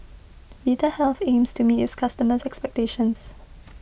Vitahealth aims to meet its customers' expectations